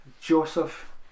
Joseph